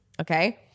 Okay